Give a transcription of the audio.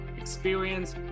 experience